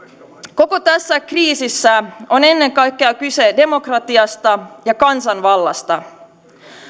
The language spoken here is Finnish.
koko tässä kriisissä on ennen kaikkea kyse demokratiasta ja kansanvallasta